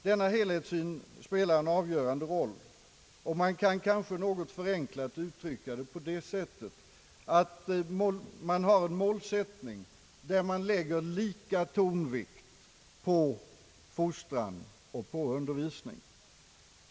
Denna helhetssyn spelar en avgörande roll, och man kan måhända något förenklat uttrycka det så att man har kommit fram till en målsättning med lika tonvikt på fostran och på undervisning.